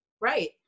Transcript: Right